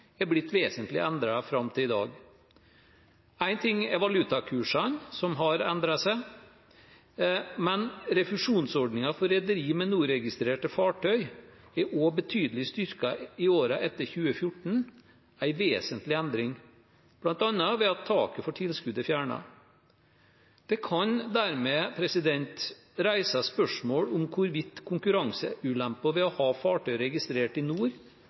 er blitt vesentlig endret fram til i dag. Én ting er valutakursene, som har endret seg, men refusjonsordningen for rederi med NOR-registrerte fartøy er også betydelig styrket i årene etter 2014 – en vesentlig endring, bl.a. ved at taket for tilskudd er fjernet. Det kan dermed reises spørsmål om hvorvidt konkurranseulemper ved å ha fartøy registrert i